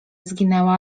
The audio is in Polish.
zginęła